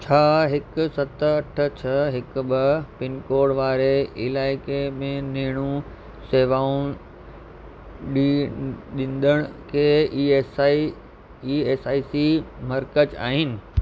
छा हिकु सत अठ छह हिकु ॿ पिनकोड वारे इलाइक़े में नेणु सेवाऊं डी ॾींदड़ के E S I E S I C मर्कज़ आहिनि